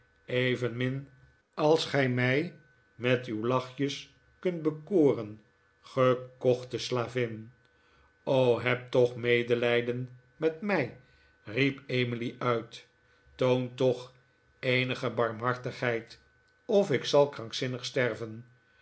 evenmin als gij mij met uw lachjes kunt bekoren gekochte slavin heb toch medelijden met mij riep emily uit toon toch eenige barmhartigheid of ik zal krankzinnig sterven